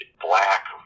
black